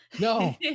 No